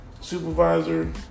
supervisor